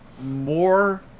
more